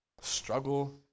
Struggle